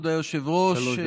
כבוד היושב-ראש,